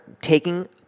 taking